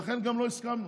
לכן גם לא הסכמנו,